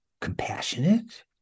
compassionate